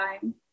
time